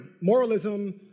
moralism